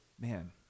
Man